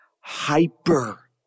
hyper